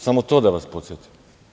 Samo to da vas podsetim.